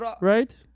Right